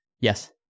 Yes